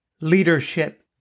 leadership